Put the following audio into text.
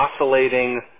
oscillating